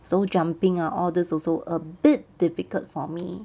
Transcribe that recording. so jumping ah all these also a bit difficult for me